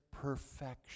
perfection